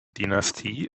dynastie